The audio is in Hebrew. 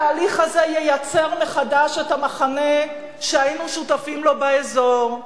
התהליך הזה ייצר מחדש את המחנה שהיינו שותפים לו באזור.